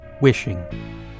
Wishing